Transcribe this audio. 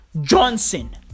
Johnson